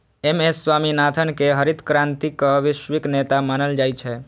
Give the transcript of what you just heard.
M S Swaminathan कें हरित क्रांतिक वैश्विक नेता मानल जाइ छै